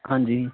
ਹਾਂਜੀ